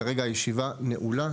כרגע הישיבה נעולה.